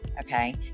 Okay